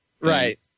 Right